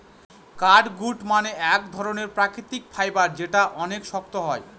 catgut মানে এক ধরনের প্রাকৃতিক ফাইবার যেটা অনেক শক্ত হয়